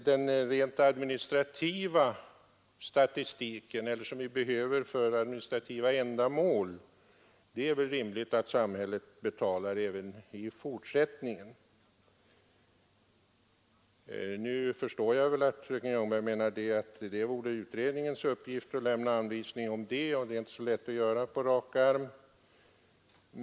— Den statistik som vi behöver för rent administrativa ändamål är det väl rimligt att samhället betalar även i fortsättningen. — Nu förstår jag att fröken Ljungberg menär att det vore utredningens uppgift att lämna anvisning på områden som kunde avgiftsbeläggas; det är inte så lätt att göra det på rak arm.